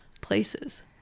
places